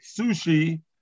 sushi